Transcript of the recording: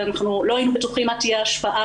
ואנחנו לא היינו בטוחים מה תהיה ההשפעה,